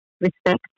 respect